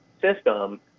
system